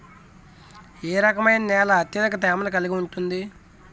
ఏ రకమైన నేల అత్యధిక తేమను కలిగి ఉంటుంది?